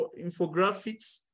infographics